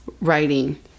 Writing